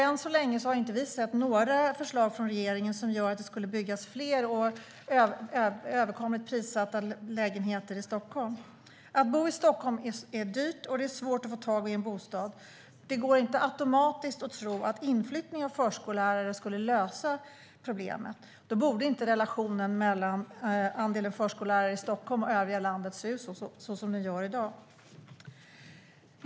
Än så länge har vi inte heller sett några förslag från regeringen om att det ska byggas fler bostäder till överkomligt pris i Stockholm. Att bo i Stockholm är dyrt, och det är svårt att få tag i en bostad. Det går inte att tro att inflyttning av förskollärare automatiskt löser problemet. Då borde inte relationen mellan andelen förskollärare i Stockholm och övriga landet se ut som den gör i dag.